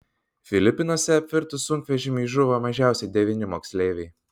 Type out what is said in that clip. filipinuose apvirtus sunkvežimiui žuvo mažiausiai devyni moksleiviai